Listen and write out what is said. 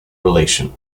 relation